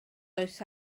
oes